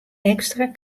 ekstra